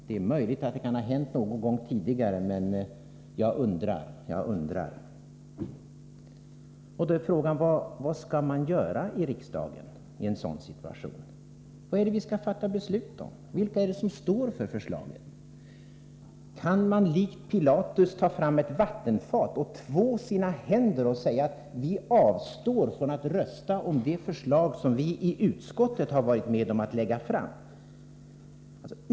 Det är möjligt att det kan ha hänt någon gång tidigare, men jag undrar. Då är frågan: Vad skall man göra i riksdagen i en sådan situation? Vad är det vi skall fatta beslut om? Vilka är det som står för förslaget? Kan man likt Pilatus ta fram ett vattenfat, två sina händer och säga att vi avstår från att rösta om det förslag som vi i utskottet har varit med om att lägga fram?